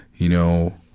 you know,